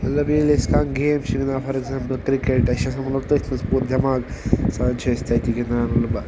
مطلب ییٚلہِ أسۍ کانٛہہ گیم چھِ گِنٛدان فار اٮ۪کزامپٕل کِرٛکَٹ آسہِ چھِ آسان مطلب تٔتھۍ منٛز پوٗرٕ دٮ۪ماغ سان چھِ أسۍ تَتہِ گِنٛدان مطلب